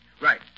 Right